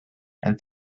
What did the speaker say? and